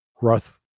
Ruth